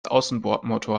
außenbordmotor